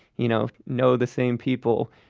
you know know the same people.